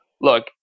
look